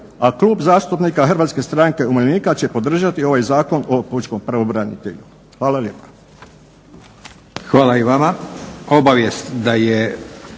a klub zastupnika HSU-a će podržati ovaj Zakon o pučkom pravobranitelju. Hvala lijepa.